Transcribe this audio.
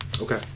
Okay